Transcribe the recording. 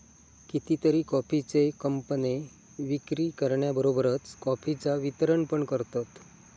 कितीतरी कॉफीचे कंपने विक्री करण्याबरोबरच कॉफीचा वितरण पण करतत